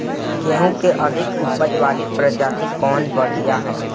गेहूँ क अधिक ऊपज वाली प्रजाति कवन बढ़ियां ह?